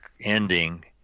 ending